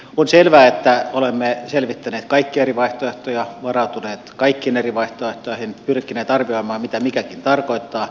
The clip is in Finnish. on selvää että olemme selvittäneet kaikkia eri vaihtoehtoja varautuneet kaikkiin eri vaihtoehtoihin pyrkineet arvioimaan mitä mikäkin tarkoittaa